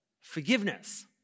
forgiveness